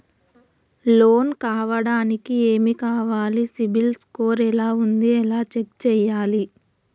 Loan కావడానికి ఏమి కావాలి సిబిల్ స్కోర్ ఎలా ఉంది ఎలా చెక్ చేయాలి?